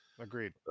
Agreed